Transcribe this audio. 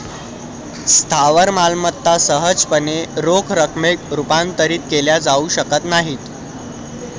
स्थावर मालमत्ता सहजपणे रोख रकमेत रूपांतरित केल्या जाऊ शकत नाहीत